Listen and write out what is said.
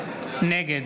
נגד